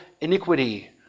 iniquity